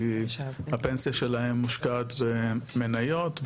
כי הפנסיה שלהם מושקעת במניות,